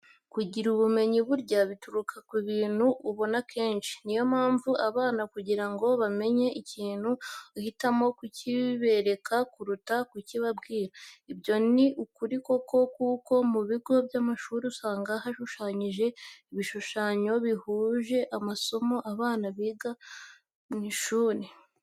Kugira ubumenyi burya bituruka ku bintu ubona kenshi. Niyo mpamvu abana kugira ngo bamenye ikintu uhitamo kukibereka kuruta kukibabwira. Ibyo ni ukuri koko, kuko mu bigo by'amashuri usanga hashushanyije ibishushanyo bihuje n'amasomo abana biga mu ishuri.